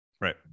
right